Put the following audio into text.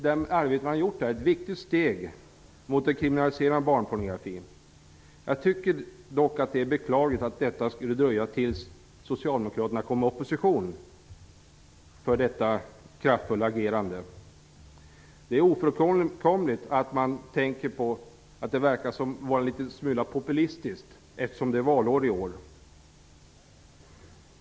Det arbete han har gjort där är ett viktigt steg mot en kriminalisering av barnpornografin. Jag tycker dock att det är beklagligt att detta kraftfulla agerande skulle dröja till Socialdemokraterna kom i opposition. Det är ofrånkomligt att man tänker att det verkar vara en liten smula populistiskt, eftersom det är valår i år.